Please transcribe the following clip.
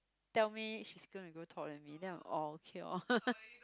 tell me she's gonna grow taller than me then I'm orh okay orh